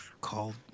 called